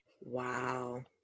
Wow